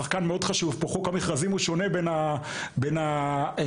הוא שחקן מאד חשוב פה חוק המכרזים שונה בין המשרד